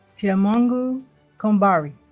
tiamangou combari